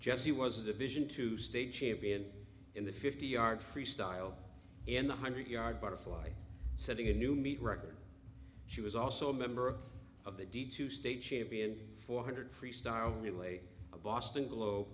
jesse was a division two state champion in the fifty yard freestyle in the hundred yard butterfly setting a new meat record she was also a member of the d two state champion four hundred freestyle relay a boston globe